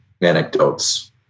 anecdotes